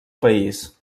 país